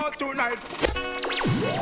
tonight